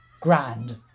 grand